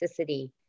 toxicity